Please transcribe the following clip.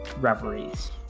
reveries